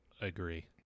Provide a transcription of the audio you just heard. agree